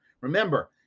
Remember